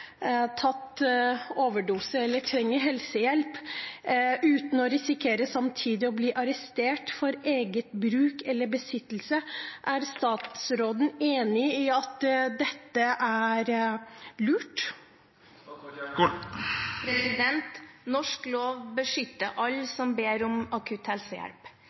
overdose som trenger helsehjelp, kan gjøre det uten å risikere samtidig å bli arrestert for eget bruk eller besittelse. Er statsråden enig i at dette er lurt? Norsk lov beskytter alle som ber om akutt helsehjelp.